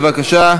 בבקשה.